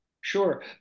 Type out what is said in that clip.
Sure